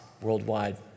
worldwide